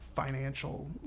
financial